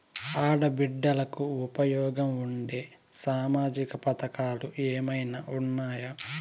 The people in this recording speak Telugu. ఆడ బిడ్డలకు ఉపయోగం ఉండే సామాజిక పథకాలు ఏమైనా ఉన్నాయా?